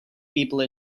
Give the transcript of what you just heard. people